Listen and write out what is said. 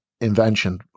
invention